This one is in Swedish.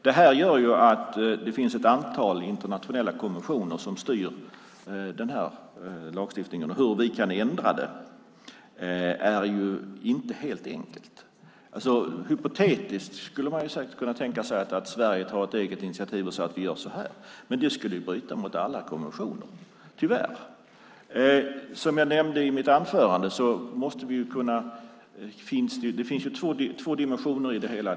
Det gör att det finns ett antal internationella konventioner som styr lagstiftningen, och att ändra det är inte helt enkelt. Hypotetiskt skulle man kunna tänka sig att Sverige tar ett eget initiativ och säger: Vi gör si eller så. Men det skulle bryta mot alla konventioner, tyvärr. Som jag nämnde i mitt anförande finns det två dimensioner i det hela.